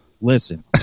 listen